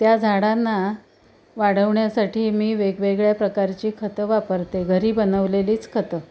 त्या झाडांना वाढवण्यासाठी मी वेगवेगळ्या प्रकारची खतं वापरते घरी बनवलेलीच खतं